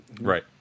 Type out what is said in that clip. Right